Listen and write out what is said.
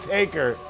Taker